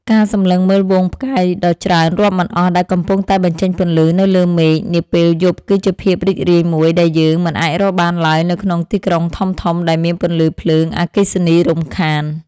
ការសម្លឹងមើលហ្វូងផ្កាយដ៏ច្រើនរាប់មិនអស់ដែលកំពុងតែបញ្ចេញពន្លឺនៅលើមេឃនាពេលយប់គឺជាភាពរីករាយមួយដែលយើងមិនអាចរកបានឡើយនៅក្នុងទីក្រុងធំៗដែលមានពន្លឺភ្លើងអគ្គិសនីរំខាន។